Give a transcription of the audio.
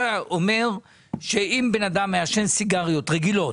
אתה אומר שאם בן אדם מעשן סיגריות רגילות,